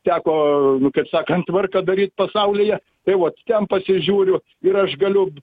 teko nu kaip sakant tvarką daryt pasaulyje tai vat ten pasižiūriu ir aš galiu